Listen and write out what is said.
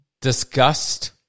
disgust